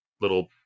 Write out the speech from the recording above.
little